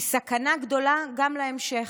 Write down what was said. היא סכנה גדולה גם להמשך.